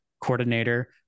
coordinator